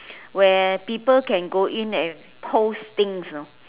where people can go in and post things you know